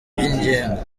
byigenga